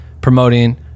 promoting